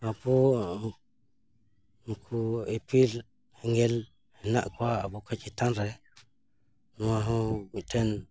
ᱟᱵᱚ ᱱᱩᱠᱩ ᱤᱯᱤᱞ ᱮᱸᱜᱮᱞ ᱦᱮᱱᱟᱜ ᱠᱚᱣᱟ ᱟᱵᱚ ᱠᱷᱚᱱ ᱪᱮᱛᱟᱱ ᱨᱮ ᱱᱚᱣᱟ ᱦᱚᱸ ᱢᱤᱜᱴᱮᱱ